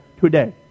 today